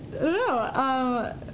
No